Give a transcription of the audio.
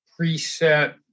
preset